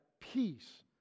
peace